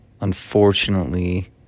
unfortunately